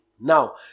Now